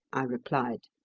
i replied.